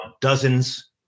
dozens